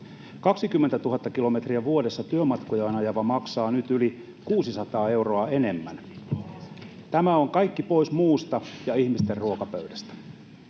20 000 kilometriä vuodessa työmatkojaan ajava maksaa nyt yli 600 euroa enemmän. Tämä on kaikki pois muusta, kuten ihmisten ruokapöydistä.